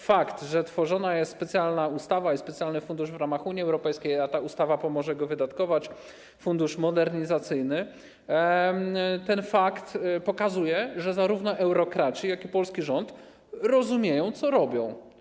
Fakt, że tworzone są specjalna ustawa i specjalny fundusz w ramach Unii Europejskiej, a ta ustawa pomoże go wydatkować - fundusz modernizacyjny, pokazuje, że zarówno eurokraci, jak i polski rząd rozumieją, co robią.